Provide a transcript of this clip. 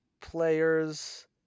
player's